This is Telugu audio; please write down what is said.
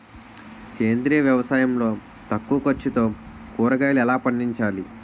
సేంద్రీయ వ్యవసాయం లో తక్కువ ఖర్చుతో కూరగాయలు ఎలా పండించాలి?